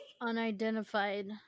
Unidentified